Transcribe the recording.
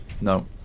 No